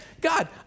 God